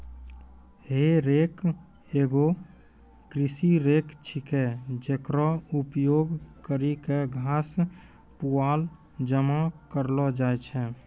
हे रेक एगो कृषि रेक छिकै, जेकरो उपयोग करि क घास, पुआल जमा करलो जाय छै